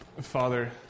Father